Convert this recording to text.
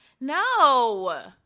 no